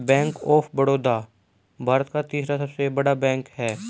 bank of Baroda Bharat का तीसरा सबसे बड़ा बैंक हैं